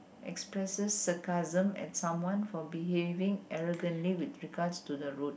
expresses sarcasm at someone for behaving arrogantly with regards to the road